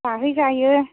जाहैजायो